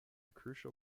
crucial